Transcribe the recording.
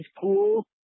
cool